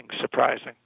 surprising